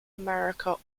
america